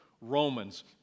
Romans